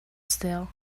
still